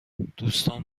دوستان